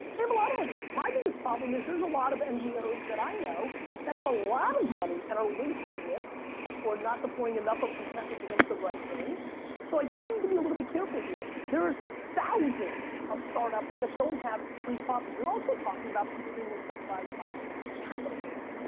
um a lot of money. my biggest problem is there's a lot of ngos that i know that have um a lot of money and are wasting it or not deploying enough of percentage against the right thing so i think that we need to be a little bit careful here. there's thousands of startups that don't have free coffee. you're also talking about people being incentivized by capitalism.